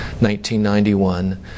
1991